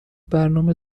برنامه